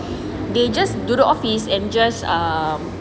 they just duduk office and just um